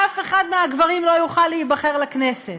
אף אחד מהגברים לא יוכל להיבחר לכנסת.